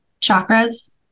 chakras